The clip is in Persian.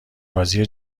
بازی